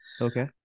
Okay